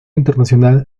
internacional